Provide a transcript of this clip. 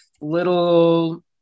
little